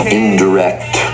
indirect